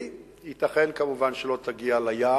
לקראת 2012. ייתכן כמובן שלא תגיע ליעד.